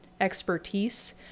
expertise